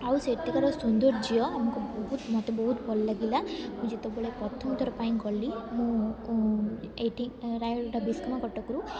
ଆଉ ସେଠିକାର ସୁନ୍ଦର ଝିଅ ଆମକୁ ବହୁତ ମତେ ବହୁତ ଭଲ ଲାଗିଲା ମୁଁ ଯେତେବେଳେ ପ୍ରଥମଥର ପାଇଁ ଗଲି ମୁଁ ଏଇଟି ରାୟଗଡ଼ା ବିସ୍କମ କଟକରୁ